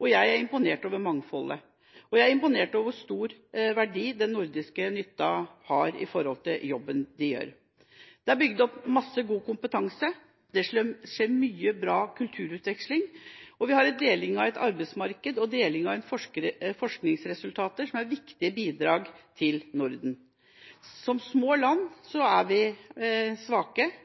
og jeg er imponert over mangfoldet og over hvor stor verdi den nordiske nytta har når det gjelder jobben de gjør. Det er bygd opp masse god kompetanse, det skjer mye bra kulturutveksling, og vi har en deling av arbeidsmarkedet og deling av forskningsresultater som er viktige bidrag til Norden. Som små land er vi svake,